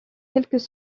quelques